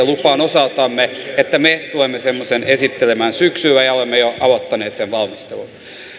lupaan osaltamme että me tulemme semmoisen esittelemään syksyllä ja olemme jo aloittaneet sen valmistelun